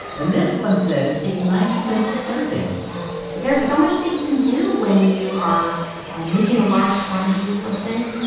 and this one says it's ninety cents a serving yes. there's so much that you can do when you are making a large quantity of something.